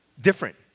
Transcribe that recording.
different